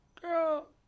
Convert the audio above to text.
Girl